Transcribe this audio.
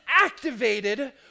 activated